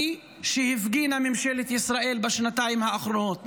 שהפגינה ממשלת ישראל בשנתיים האחרונות.